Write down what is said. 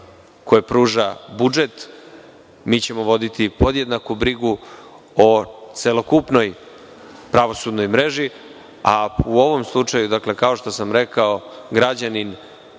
koje pruža budžet, mi ćemo voditi podjednaku brigu o celokupnoj pravosudnoj mreži, a u ovom slučaju, kao što sam rekao, građanin